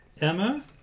Emma